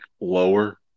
lower